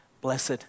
Blessed